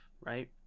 right